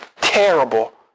terrible